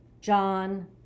John